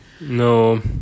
No